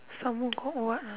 some more got what ah